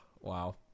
Wow